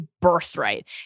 birthright